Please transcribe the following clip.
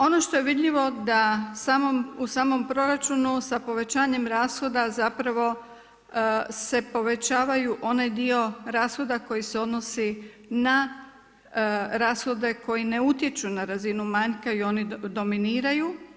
Ono što je vidljivo da u samom proračunu sa povećanjem rashoda zapravo se povećava onaj dio rashoda koji se odnosi na rashode koji ne utječu na razinu manjka i oni dominiraju.